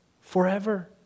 forever